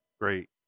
great